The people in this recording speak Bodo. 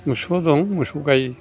मोसौआ दं मोसौ गाय